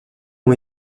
ont